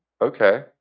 okay